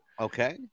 Okay